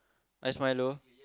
ice milo